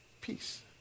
peace